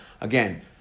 again